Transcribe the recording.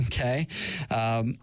okay